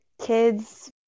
kids